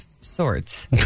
sorts